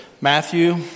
Matthew